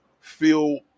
feel